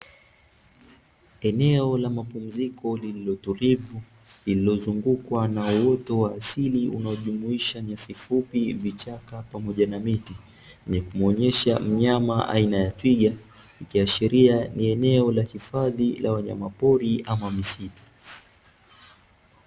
Eneo la mapumziko lililotulivu lililozungukwa na uoto wa asili unaojumuisha nyasi fupi, vichaka pamoja na miti ikimuonesha mnyama aina ya twiga, ikiashiria ni eneo la hifadhi ya wanyama pori ama misitu.